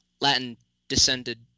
Latin-descended